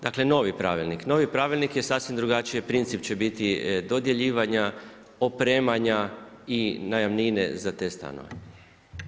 Dakle novi pravilnik, novi pravilnik je sasvim drugačiji princip će biti dodjeljivanja, opremanja i najamnine za te stanove.